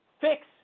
fix